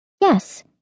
Yes